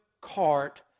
cart